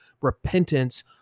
repentance